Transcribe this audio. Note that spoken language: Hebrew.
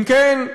אם כן,